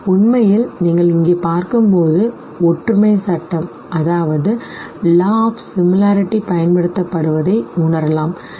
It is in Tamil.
உண்மையில் நீங்கள் இங்கே பார்க்கும்போது ஒற்றுமை சட்டம் பயன்படுத்தப்படுவதைக் உணரலாம் சரி